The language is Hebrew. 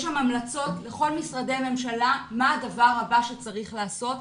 יש שם המלצות לכל משרדי הממשלה מה הדבר הבא שצריך לעשות.